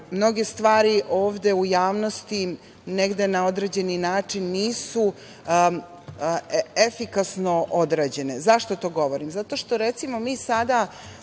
mnoge stvari ovde u javnosti negde na određeni način nisu efikasno odrađene.Zašto to govorim? Zato što, recimo, mi sada